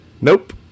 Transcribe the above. nope